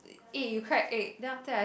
eh you crack egg then after that I